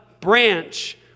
branch